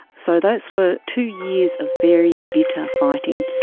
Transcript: so those were two years of very bitter fighting,